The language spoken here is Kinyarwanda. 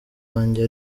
wanjye